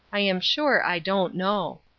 i am sure i don't know.